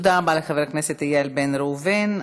תודה רבה לחבר הכנסת איל בן ראובן.